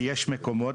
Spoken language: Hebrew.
ויש מקומות.